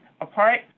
apart